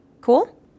Cool